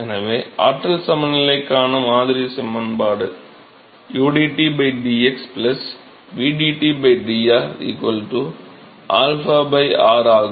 எனவே ஆற்றல் சமநிலைக்கான மாதிரி சமன்பாடு udT dx vdT dr 𝝰 r ஆகும்